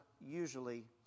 usually